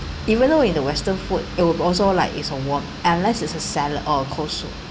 even though in the western food it will also like it's on warm unless it's a salad or a coleslaw